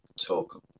talk